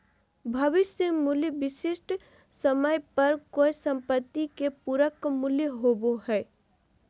भविष्य मूल्य विशिष्ट समय पर कोय सम्पत्ति के पूरक मूल्य होबो हय